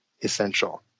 essential